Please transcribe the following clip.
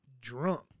drunk